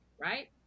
right